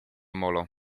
molo